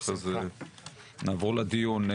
ואחרי זה נעבור לדיון.